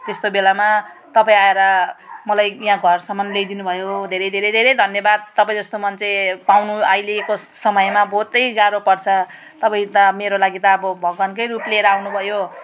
त्यस्तो बेलामा तपाईँ आएर मलाई यहाँ घरसम्म ल्याइदिनु भयो धेरै धेरै धेरै धन्यवाद तपाईँ जस्तो मान्छे पाउनु अहिलेको समयमा बहुतै गाह्रो पर्छ तपाईँ त अब मेरो लागि त अब भगवानकै रूप लिएर आउनुभयो